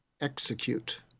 execute